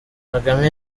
kagame